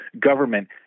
government